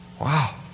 Wow